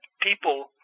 people